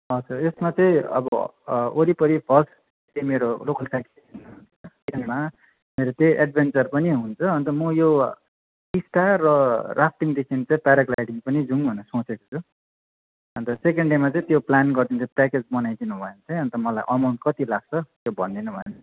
हजुर यसमा चाहिँ अब वरिपरि फर्स्ट चाहिँ मेरो लोकल साइट मेरो त्यही एडभेन्चर पनि हुन्छ अन्त म यो टिस्टा र राफ्टिङदेखि चाहिँ प्याराग्लाइडिङ पनि जाउँ भनेर सोचेको छु अन्त सेकेन्ड डेमा चाहिँ त्यो प्लान गरिदिँदा प्याकेज बनाइदिनु भयो भने चाहिँ अन्त मलाई अमाउन्ट कति लाग्छ त्यो भनिदिनु भयो भने